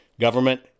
Government